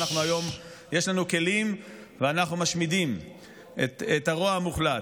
היום יש לנו כלים ואנחנו משמידים את הרוע המוחלט.